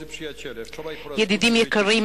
ידידים יקרים,